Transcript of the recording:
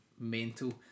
mental